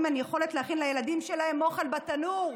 אין יכולת להכין לילדים שלהם אוכל בתנור.